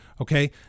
okay